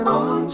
on